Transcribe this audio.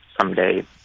someday